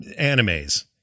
animes